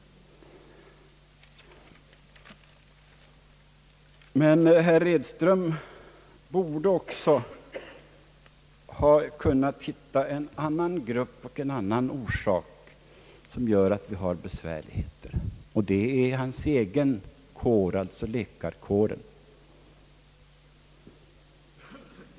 Herr Edström borde också ha kunnat hitta en annan grupp och en annan orsak som gör att vi har besvärligheter, och det är hans egen kår, alltså läkarkåren.